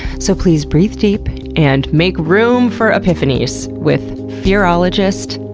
so please breathe deep, and make room for epiphanies with fearologist,